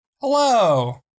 Hello